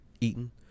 eaten